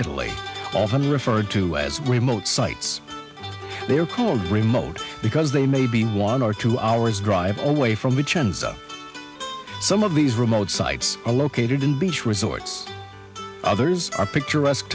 italy often referred to as remote sites they are called remote because they may be one or two hours drive away from a chance of some of these remote sites a located in beach resort others are picturesque